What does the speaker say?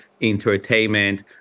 entertainment